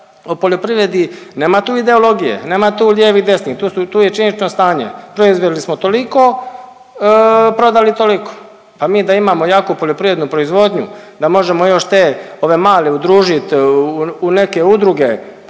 o poljoprivredi nema tu ideologije, nema tu lijevi desni tu je čelično stanje, proizveli smo toliko, prodali toliko. Pa mi da imamo jaku poljoprivrednu proizvodnju da možemo još te ove male udružiti u neke udruge